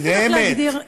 אין לי איך להגדיר, נדהמת.